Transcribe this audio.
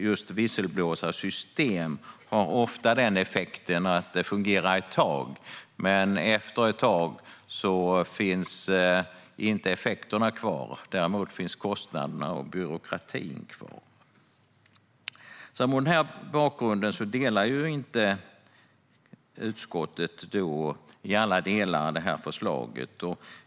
Just visselblåsarsystem har ofta effekten att det fungerar ett tag, men efter ett tag finns inte effekterna kvar utan bara kostnaderna och byråkratin. Mot den här bakgrunden delar inte utskottet i alla delar synen på det här förslaget.